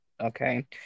Okay